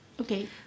okay